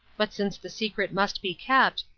but since the secret must be kept,